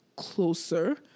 closer